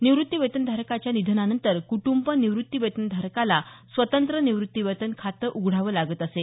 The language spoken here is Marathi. निवृत्तीवेतनधारकांच्या निधनानंतर कुटुंब निवृत्ती वेतन धारकाला स्वतंत्र निवृत्तीवेतन खातं उघडावे लागत असे